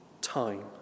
time